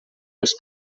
els